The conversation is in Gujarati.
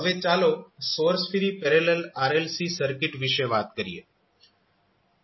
હવે ચાલો source free parallel RLC circuit વિશે વાત કરીએ